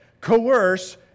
coerce